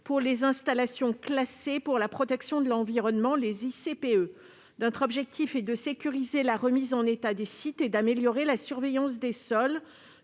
pour les installations classées pour la protection de l'environnement, les ICPE. Notre objectif est de sécuriser la remise en état des sites et d'améliorer la surveillance des sols.